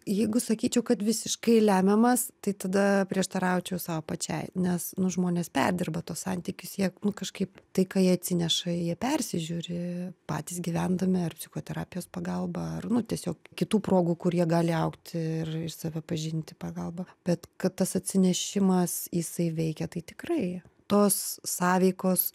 jeigu sakyčiau kad visiškai lemiamas tai tada prieštaraučiau sau pačiai nes nu žmonės perdirba tuos santykius jie kažkaip tai ką jie atsineša jie persižiūri patys gyvendami ar psichoterapijos pagalba ar nu tiesiog kitų progų kur jie gali augti ir save pažinti pagalba bet kad tas atsinešimas jisai veikia tai tikrai tos sąveikos